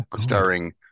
starring